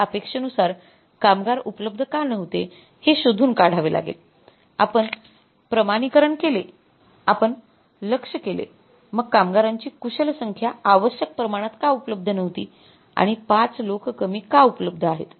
आपल्या अपेक्षेनुसार कामगार उपलब्ध का नव्हते हे शोधून काढावे लागेल आपण प्रमाणिकरण केले आपण लक्ष्य केले मग कामगारांची कुशल संख्या आवश्यक प्रमाणात का उपलब्ध नव्हती आणि ५ लोक कमी का उपलब्ध आहेत